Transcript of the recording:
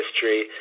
history